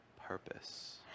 purpose